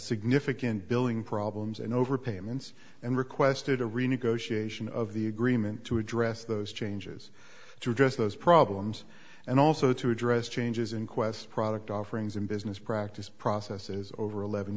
significant billing problems and overpayments and requested a renegotiation of the agreement to address those changes to address those problems and also to address changes in qwest product offerings in business practice processes over eleven